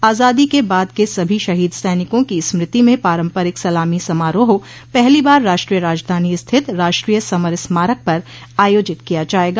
आजादी के बाद के सभी शहीद सैनिकों की स्मृति में पारंपरिक सलामी समारोह पहली बार राष्ट्रीय राजधानी स्थित राष्ट्रीय समर स्मारक पर आयोजित किया जाएगा